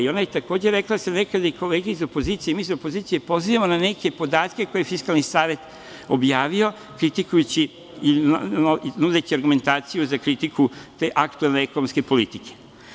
Ona je takođe rekla da se nekad i kolege iz opozicije, mi se iz opozicije ponekad pozivamo na neke podatke koje Fiskalni savet objavio, kritikujući i nudeći argumentaciju za kritiku te aktuelne ekonomske politike.